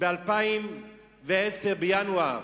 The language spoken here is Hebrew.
בינואר